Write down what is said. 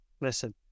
listen